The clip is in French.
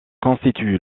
constitue